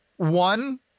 One